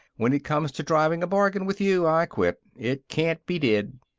when it comes to driving a bargain with you, i quit. it can't be did!